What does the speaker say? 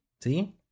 See